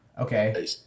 Okay